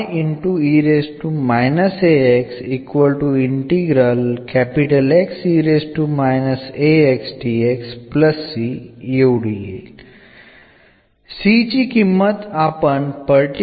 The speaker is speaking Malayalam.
ഇതിൽനിന്ന് എന്ന് ലഭിക്കുന്നു